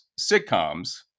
sitcoms